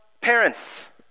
parents